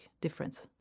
difference